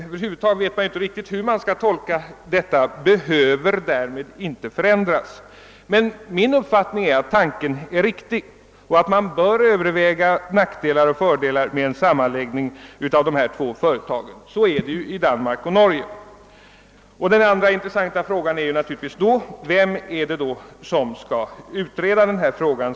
Över huvud taget vet jag inte hur jag skall tolka uttrycket, men min uppfattning är att tanken är riktig och att fördelar och nackdelar med en sammanläggning av dessa båda företag bör övervägas. Så har skett i Norge och Finland. Den andra intressanta frågan är na turligtvis vem som skall utreda den saken.